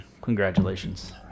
Congratulations